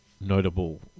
notable